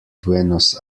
buenos